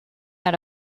naar